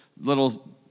little